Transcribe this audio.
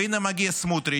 והינה, מגיע סמוטריץ'